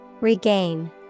Regain